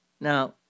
Now